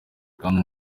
kandi